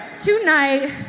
tonight